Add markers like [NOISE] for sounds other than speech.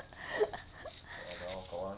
[LAUGHS]